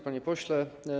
Panie Pośle!